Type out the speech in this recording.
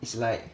it's like